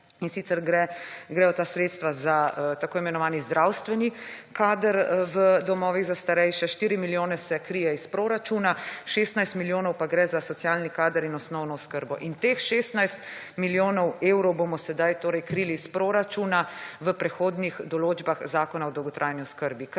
in sicer grejo ta sredstva za tako imenovani zdravstveni kader v domovih za starejše, štiri milijone se krije iz proračuna, 16 milijonov pa gre za socialni kader in osnovno oskrbo. In teh 16 milijonov evrov bomo sedaj torej krili iz proračuna v prehodnih določbah Zakona o dolgotrajni oskrbi.